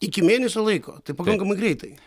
iki mėnesio laiko tai pakankamai greitai